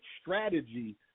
strategy